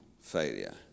failure